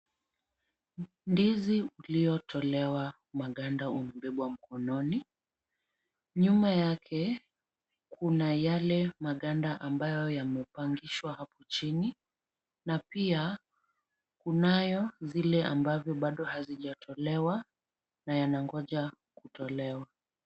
Ndizi iliotolewa maganda imebebwa mkononi. Nyuma yake kuna yale maganda ambayo yamepangishwa hapo chini na pia kunayo zile ambazo bado hazijatolewa na yanangonja kutolewa.